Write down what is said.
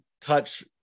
touch